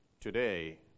today